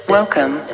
Welcome